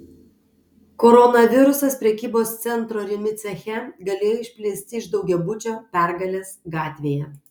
koronavirusas prekybos centro rimi ceche galėjo išplisti iš daugiabučio pergalės gatvėje